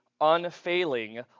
unfailing